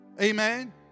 Amen